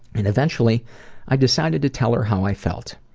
and eventually i decided to tell her how i felt.